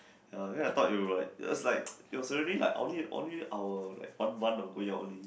ya then I thought it will like it's like it was only like only only our like one month of going out only